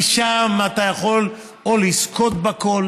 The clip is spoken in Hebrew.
כי שם אתה יכול או לזכות בכול